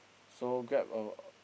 so grab a